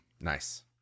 Nice